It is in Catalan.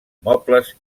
mobles